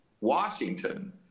Washington